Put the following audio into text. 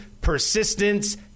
persistence